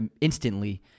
instantly